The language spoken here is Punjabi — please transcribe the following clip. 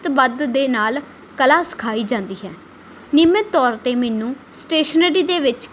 ਬੱਧ ਦੇ ਨਾਲ ਕਲਾ ਸਿਖਾਈ ਜਾਂਦੀ ਹੈ ਨਿਯਮਿਤ ਤੌਰ 'ਤੇ ਮੈਨੂੰ ਸਟੇਸ਼ਨਰੀ ਦੇ ਵਿੱਚ